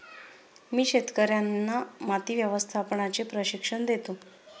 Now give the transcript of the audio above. मी शेतकर्यांना माती व्यवस्थापनाचे प्रशिक्षण देतो